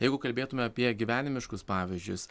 jeigu kalbėtume apie gyvenimiškus pavyzdžius